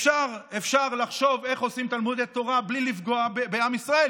אפשר לחשוב איך עושים תלמודי תורה בלי לפגוע בעם ישראל,